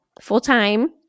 full-time